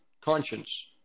conscience